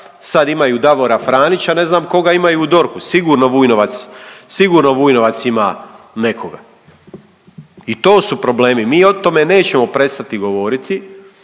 sad imaju Davora Franića. Ne znam koga imaju u DORH-u? Sigurno Vujnovac ima nekoga? I to su problemi. Mi o tome nećemo prestati govoriti